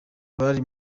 bari